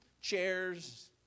chairs